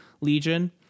Legion